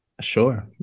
Sure